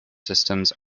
systems